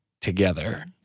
together